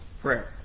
Prayer